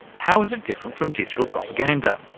how is it different from digital propaganda?